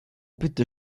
bitte